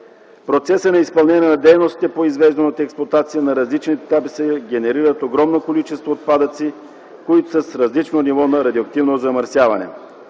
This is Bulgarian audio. процеса на изпълнение на дейностите по извеждане от експлоатация на различните етапи се генерира огромно количество отпадъци, които са с различно ниво на радиоактивно замърсяване.